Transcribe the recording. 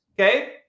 okay